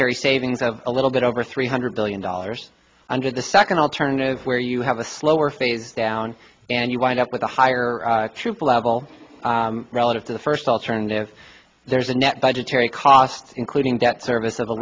carry savings of a little bit over three hundred billion dollars under the second alternative where you have a slower phase down and you wind up with a higher troop level relative to the first alternative there's a net budgetary cost including debt service of a